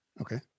Okay